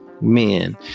men